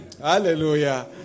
hallelujah